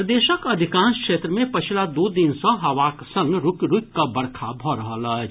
प्रदेशक अधिकांश क्षेत्र मे पछिला दू दिन सँ हवाक संग रूकि रूकि कऽ बरखा भऽ रहल अछि